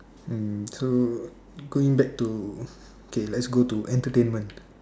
mm true going back to okay let's go to entertainment